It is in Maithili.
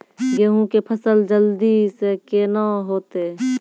गेहूँ के फसल जल्दी से के ना होते?